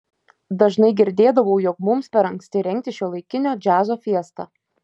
dažnai girdėdavau jog mums per anksti rengti šiuolaikinio džiazo fiestą